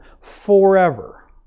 forever